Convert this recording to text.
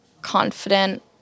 confident